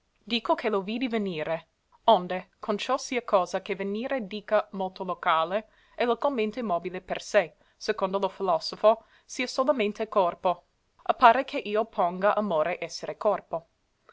dico che lo vidi venire onde con ciò sia cosa che venire dica moto locale e localmente mobile per sé secondo lo filosofo sia solamente corpo appare che io ponga amore essere corpo